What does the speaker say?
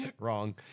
Wrong